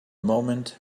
moment